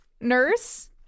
nurse